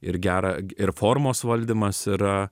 ir gerą ir formos valdymas yra